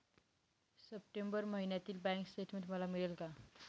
September महिन्यातील bank statement मला मिळेल का?